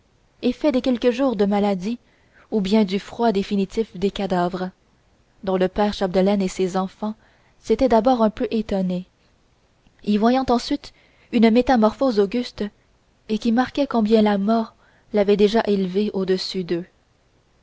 effet des quelques jours de maladie ou bien du froid définitif des cadavres dont le père chapdelaine et ses enfants s'étaient d'abord un peu étonnés y voyant ensuite une métamorphose auguste et qui marquait combien la mort l'avait déjà élevée au-dessus d'eux